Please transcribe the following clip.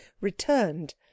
returned